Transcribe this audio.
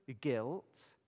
guilt